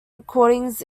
recordings